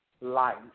life